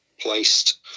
placed